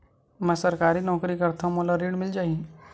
मै सरकारी नौकरी करथव मोला ऋण मिल जाही?